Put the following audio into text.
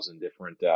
different